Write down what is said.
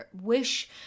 wish